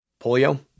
Polio